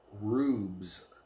rubes